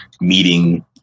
meeting